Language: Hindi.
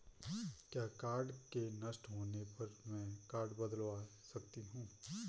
क्या कार्ड के नष्ट होने पर में कार्ड बदलवा सकती हूँ?